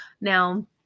Now